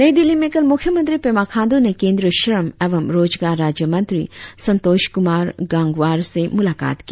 नई दिल्ली में कल मुख्यमंत्री पेमा खांडू ने केंद्रीय श्रम एवं रोजगार राज्य मंत्री संतोष कुमार गांगवार से मुलाकात की